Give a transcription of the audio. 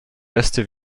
beste